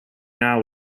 now